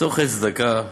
צורכי צדקה,